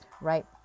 right